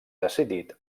decidit